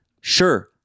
sure